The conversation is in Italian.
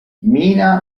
mina